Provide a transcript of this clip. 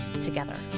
together